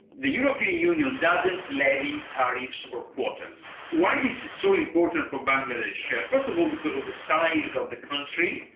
the european union doesn't levy tariffs or quotas. why this is so important for bangladesh? for so of all because of the size of the country,